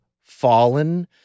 fallen